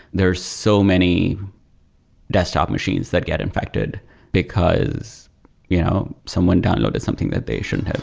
there so many desktop machines that get infected because you know someone downloaded something that they shouldn't